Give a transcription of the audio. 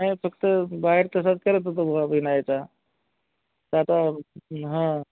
नाही फक्त बाहेर तसाच करत होतो बुवा बिना ह्याचा तर आता हा